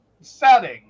setting